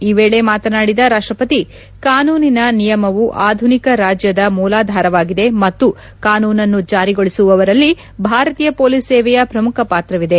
ಈ ವೇಳೆ ಮಾತನಾಡಿದ ರಾಷ್ಟಪತಿ ಕಾನೂನಿನ ನಿಯಮವು ಆಧುನಿಕ ರಾಜ್ಯದ ಮೂಲಾಧಾರವಾಗಿದೆ ಮತ್ತು ಕಾನೂನನ್ನು ಜಾರಿಗೊಳಿಸುವವರಲ್ಲಿ ಭಾರತೀಯ ಪೊಲೀಸ್ ಸೇವೆಯ ಪ್ರಮುಖ ಪಾತ್ರವಿದೆ